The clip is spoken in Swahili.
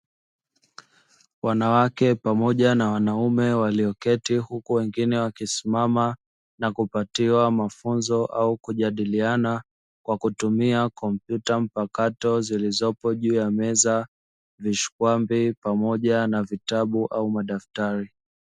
Wanawake pamoja na wanaume walioketi huku wengine wakisimama na kupatiwa mafunzo au kujadiliana kwa kutumia kompyuta mpakato zilizopo juu ya meza, vishikwambi pamoja na vitabu au madaftari.